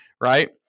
Right